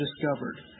discovered